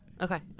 Okay